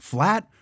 Flat